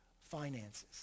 Finances